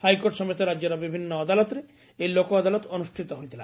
high court ସମେତ ରାକ୍ୟର ବିଭିନ୍ନ ଅଦାଲତରେ ଏହି ଲୋକ ଅଦାଲତ ଅନୁଷ୍ଟିତ ହୋଇଥିଲା